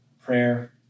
prayer